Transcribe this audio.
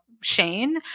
Shane